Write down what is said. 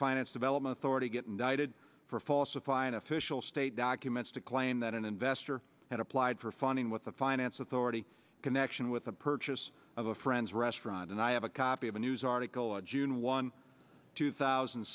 finance development authority get indicted for falsifying official state documents to claim that an investor had applied for funding with the finance authority connection with the purchase of a friend's restaurant and i have a copy of a news article a june one two thousand